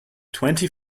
twenty